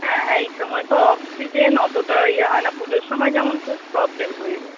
হ্যাঁ হ্যাঁ এই সময় তো অফ সিজেন অতোটা ইয়ে হয় না পুজোর সময় যেমন খুব প্রবলেম হয়ে যায়